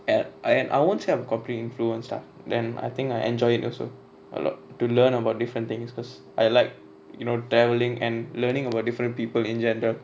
uh I uh I won't say I'm completely influenced lah then I think I enjoy it also a lot to learn about different things cause I like you know travelling and learning about different people in general